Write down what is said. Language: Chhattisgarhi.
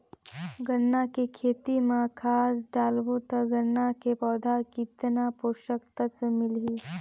गन्ना के खेती मां खाद डालबो ता गन्ना के पौधा कितन पोषक तत्व मिलही?